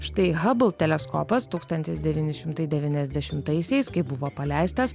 štai hubble teleskopas tūkstantis devyni šimtai devyniasdešimtaisiais kai buvo paleistas